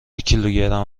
کیلوگرم